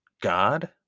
God